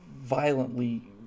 violently